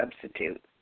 substitute